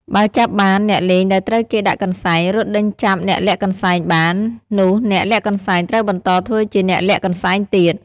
បើចាប់បានអ្នកលេងដែលត្រូវគេដាក់កន្សែង រត់ដេញចាប់អ្នកលាក់កន្សែងបាន នោះអ្នកលាក់កន្សែងត្រូវបន្តធ្វើជាអ្នកលាក់កន្សែងទៀត ។